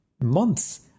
months